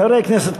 חברי הכנסת,